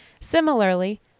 Similarly